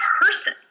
person